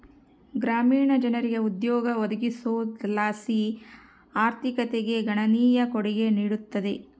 ಗ್ರಾಮೀಣ ಜನರಿಗೆ ಉದ್ಯೋಗ ಒದಗಿಸೋದರ್ಲಾಸಿ ಆರ್ಥಿಕತೆಗೆ ಗಣನೀಯ ಕೊಡುಗೆ ನೀಡುತ್ತದೆ